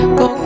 go